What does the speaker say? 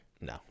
No